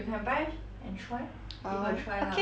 orh okay then I shall try it